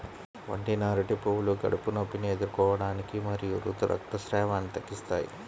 వండిన అరటి పువ్వులు కడుపు నొప్పిని ఎదుర్కోవటానికి మరియు ఋతు రక్తస్రావాన్ని తగ్గిస్తాయి